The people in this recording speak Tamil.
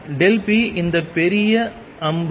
p இந்த பெரிய அம்பு